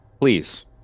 Please